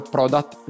Product